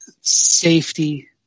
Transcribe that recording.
safety